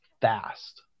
fast